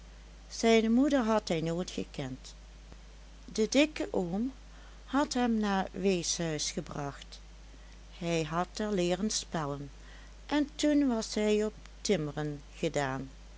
zijne moeder had hij nooit gekend de dikke oom had hem naar t weeshuis gebracht hij had er leeren spellen en toen was hij op timmeren gedaan